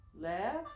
left